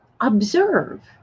Observe